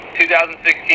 2016